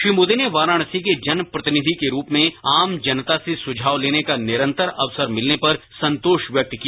श्री मोदी नेवाराणसी के जन प्रतिनिधि के रूप में आम जनता से सुझाव लेने का निरंतर अवसर मिलने परसंतोष व्यक्त किया